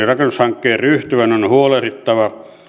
rakennushankkeeseen ryhtyvän on huolehdittava